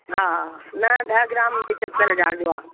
हा न ॾह ग्राम पंजहतरि हज़ार जो आहे